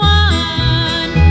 one